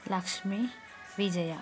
Lakshmi Vijaya